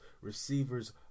Receivers